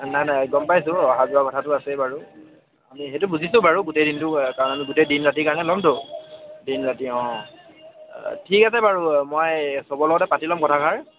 নাই নাই গম পাইছোঁ অহা যোৱা কথাটো আছেই বাৰু আমি সেইটো বুজিছোঁ বাৰু গোটেই দিনটো কাৰণ গোটেই দিন ৰাতিৰ কাৰণে ল'মতো দিন ৰাতি অঁ ঠিক আছে বাৰু মই সবৰে লগতে পাতি ল'ম কথাষাৰ